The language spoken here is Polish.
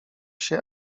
się